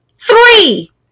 three